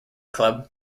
club